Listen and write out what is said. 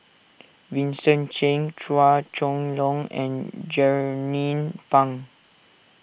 Vincent Cheng Chua Chong Long and Jernnine Pang